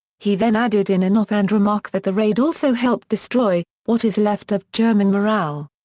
he then added in an offhand remark that the raid also helped destroy what is left of german morale.